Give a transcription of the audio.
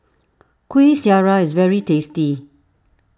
Kueh Syara is very tasty